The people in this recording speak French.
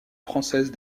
française